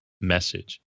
Message